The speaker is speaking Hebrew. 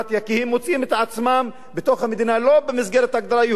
כי הם מוצאים את עצמם בתוך המדינה לא במסגרת ההגדרה "יהודית",